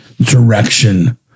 direction